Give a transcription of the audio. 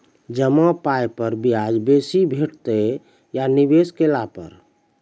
जमा पाय पर ब्याज बेसी भेटतै या निवेश केला पर?